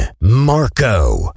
Marco